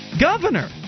Governor